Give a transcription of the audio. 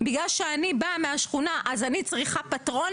בגלל שאני באה מהשכונה אז אני צריכה פטרון